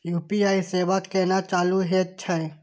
UPI सेवा केना चालू है छै?